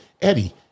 eddie